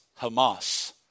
Hamas